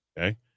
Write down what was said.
Okay